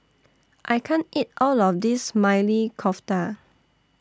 I can't eat All of This Maili Kofta